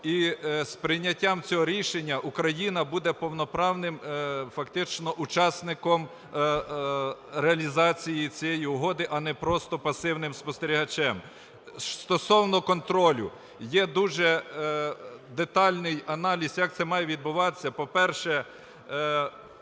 І з прийняттям цього рішення Україна буде повноправним фактично учасником реалізації цієї угоди, а не просто пасивним спостерігачем. Стосовно контролю. Є дуже детальний аналіз, як це має відбуватися. По-перше,